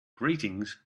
greetings